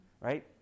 right